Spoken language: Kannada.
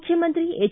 ಮುಖ್ಯಮಂತ್ರಿ ಹೆಚ್